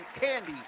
candy